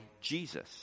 Jesus